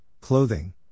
clothing